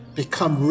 become